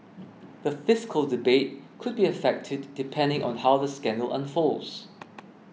the fiscal debate could be affected depending on how the scandal unfolds